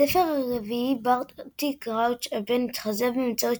בספר הרביעי ברטי קראוץ' הבן – התחזה באמצעות